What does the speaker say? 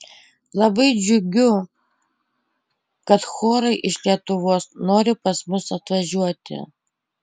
labai džiugiu kad chorai iš lietuvos nori pas mus atvažiuoti